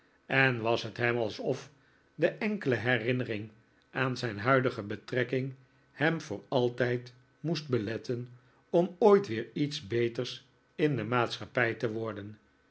en was het hem alsof de enkele herinnering aan zijn huidige betrekking hem voor altijd moest beletten om ooit weer iets beters in de maatschappij te worden